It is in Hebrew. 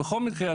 בכל מקרה,